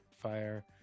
fire